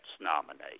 nominate